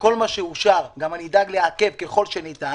וכל מה שאושר אני אדאג לעכב ככל שניתן,